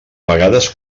vegades